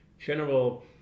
general